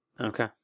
Okay